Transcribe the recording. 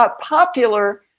popular